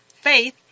faith